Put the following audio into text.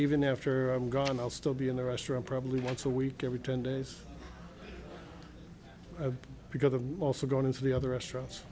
even after i'm gone i'll still be in the restaurant probably once a week every ten days because i'm also going to the other restaurants